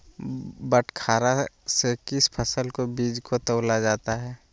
बटखरा से किस फसल के बीज को तौला जाता है?